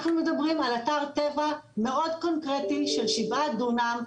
אנחנו מדברים על אתר טבע מאוד קונקרטי של שבעה דונם,